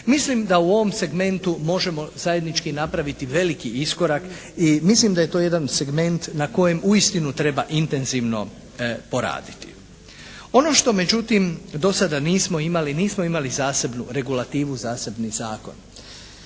Mislim da u ovom segmentu možemo zajednički napraviti veliki iskorak i mislim da je to jedan segment na kojem uistinu treba intenzivno poraditi. Ono što međutim do sada nismo imali, nismo imali zasebnu regulativu, zasebni zakon.